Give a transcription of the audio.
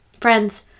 Friends